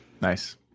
Nice